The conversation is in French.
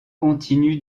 continu